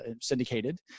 syndicated